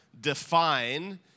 define